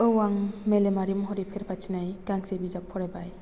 औ आं मेलेमारि महरै फेर फाथिनाय गांसे बिजाब फरायबाय